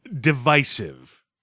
divisive